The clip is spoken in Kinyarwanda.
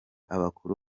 abakuru